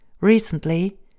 recently